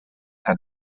had